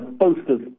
posters